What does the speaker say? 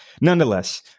Nonetheless